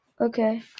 Okay